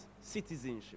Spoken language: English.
citizenship